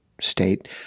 state